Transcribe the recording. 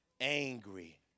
angry